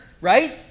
right